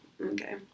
okay